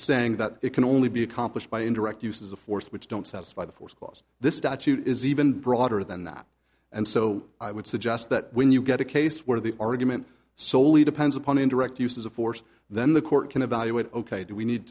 saying that it can only be accomplished by indirect uses of force which don't satisfy the force clause this statute is even broader than that and so i would suggest that when you get a case where the argument soley depends upon indirect uses of force then the court can evaluate ok do we need